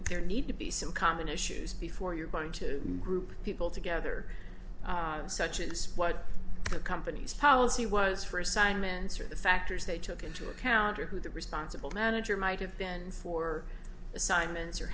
there need to be some common issues before you're going to group people together such as what the company's policy was for assignments or the factory if they took into account who the responsible manager might have been for assignments or